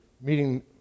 meeting